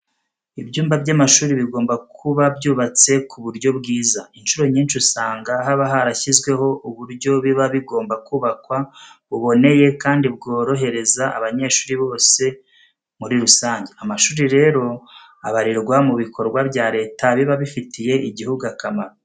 Ibyumba by'amashuri bigomba kuba byubatse ku buryo bwiza. Incuro nyinshi usanga haba harashyizweho uburyo biba bigomba kubakwa buboneye kandi bworohereza abanyeshuri bose muri rusange. Amashuri rero, abarirwa mu bikorwa bya Leta biba bifitiye igihugu akamaro.